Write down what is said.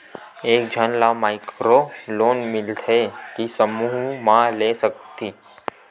एक झन ला माइक्रो लोन मिलथे कि समूह मा ले सकती?